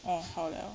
哦好 liao